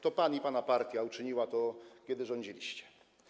To pan i pana partia uczyniliście to, kiedy rządziliście.